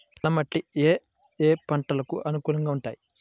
నల్ల మట్టి ఏ ఏ పంటలకు అనుకూలంగా ఉంటాయి?